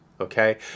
Okay